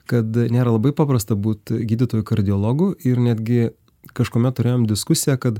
kad nėra labai paprasta būt gydytoju kardiologu ir netgi kažkuomet turėjom diskusiją kad